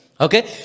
Okay